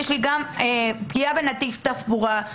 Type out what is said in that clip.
יש לי גם פגיעה בנתיב תחבורה,